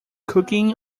cooking